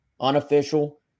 unofficial